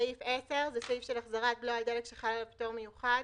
סעיף 10 הוא סעיף של החזרי הבלו על דלק שחל עליו פטור מיוחד.